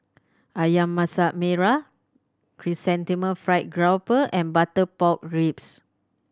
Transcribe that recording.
Ayam Masak Merah Chrysanthemum Fried Grouper and butter pork ribs